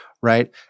right